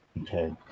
Okay